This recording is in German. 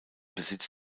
besitz